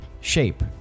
shape